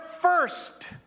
first